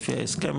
לפי ההסכם,